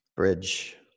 Bridge